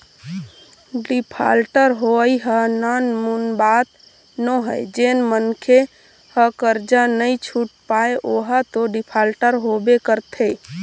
defaulter होवई ह नानमुन बात नोहय जेन मनखे ह करजा नइ छुट पाय ओहा तो डिफाल्टर होबे करथे